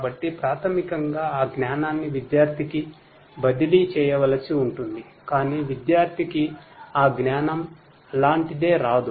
కాబట్టి ప్రాథమికంగా ఆ జ్ఞానాన్ని విద్యార్థికి బదిలీ చేయవలసి ఉంటుంది కాని విద్యార్థికి ఆ జ్ఞానం అలాంటిదే రాదు